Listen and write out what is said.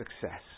success